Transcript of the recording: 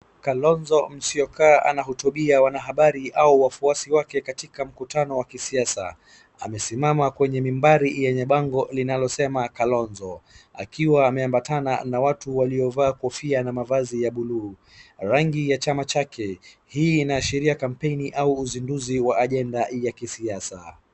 Kalonzo Musyoka anahutubia wanahabari au wafuasi wake katika mkutano wa siasa. Amesimama kwenye mibali yenye bango linalosema KALONZO .Akiwa ameabatana watu waliovaa mavazi ya bluu , rangi ya chama chake. Hii inashiria kampeni au uzinduzi wa agenda ya kisiasa.